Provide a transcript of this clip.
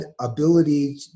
ability